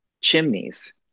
chimneys